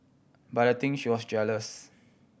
but I think she was jealous